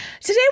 today